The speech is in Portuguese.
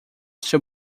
seu